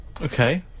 okay